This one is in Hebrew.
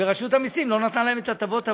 ורשות המסים לא נתנה להם את הטבות המס,